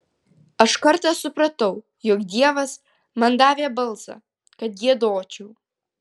aš kartą supratau jog dievas man davė balsą kad giedočiau